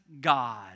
God